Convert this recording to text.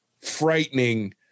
frightening